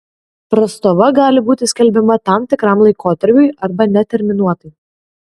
prastova gali būti skelbiama tam tikram laikotarpiui arba neterminuotai